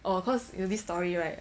oh cause it was this story right